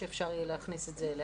שאפשר יהיה להכניס את זה אליה,